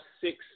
six